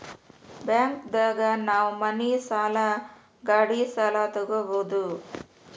bank ದಾಗ ನಾವ್ ಮನಿ ಸಾಲ ಗಾಡಿ ಸಾಲ ತಗೊಬೋದು